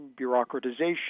bureaucratization